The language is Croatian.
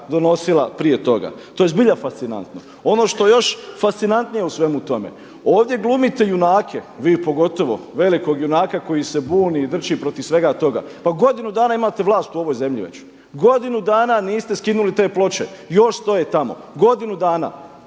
donosila prije toga. To je zbilja fascinantno. Ono što je još fascinantnije u svemu tome, ovdje glumite junake, vi pogotovo velikog junaka koji se buni i drči protiv svega toga, pa godinu dana imate vlast u ovoj zemlji već, godinu dana niste skinuli te ploče, još stoje tamo godinu dana,